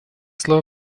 слово